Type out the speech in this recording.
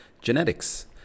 genetics